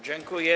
Dziękuję.